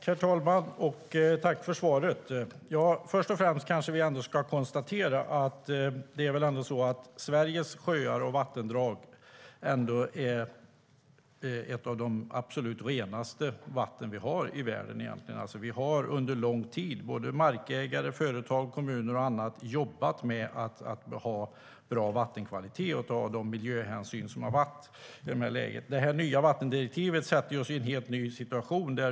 Herr talman! Jag tackar för svaret. Först och främst kanske vi ska konstatera att Sveriges sjöar och vattendrag är bland de absolut renaste vattnen i världen. Under lång tid har markägare, företag, kommuner och andra jobbat för en bra vattenkvalitet och tagit miljöhänsyn. Det nya vattendirektivet sätter oss i en helt ny situation.